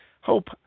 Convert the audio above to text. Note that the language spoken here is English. Hope